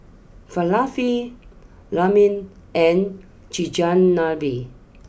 Falafel Ramen and Chigenabe